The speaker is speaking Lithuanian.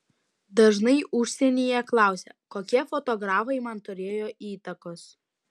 dažnai užsienyje klausia kokie fotografai man turėjo įtakos